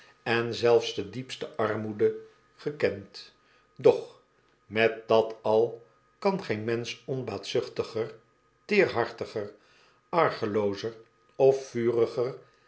en zelfs de diepste armoede gekend doch met dat al kan geen mensch onbaatzuchtiger teerhartiger argloozer of vuriger